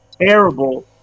terrible